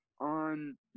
on